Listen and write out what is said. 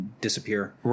disappear